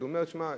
הוא אומר: שמע,